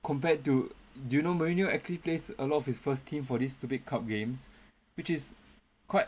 compared to do you know mourinho actually place a lot of his first team for this stupid cup games which is quite